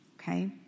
Okay